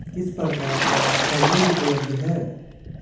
किस प्रकार का कवरेज उपलब्ध है?